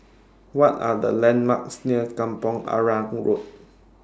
What Are The landmarks near Kampong Arang Road